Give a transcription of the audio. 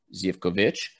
Zivkovic